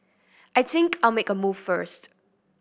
I think I'll make a move first